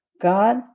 God